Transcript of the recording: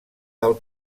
del